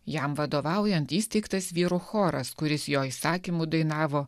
jam vadovaujant įsteigtas vyrų choras kuris jo įsakymu dainavo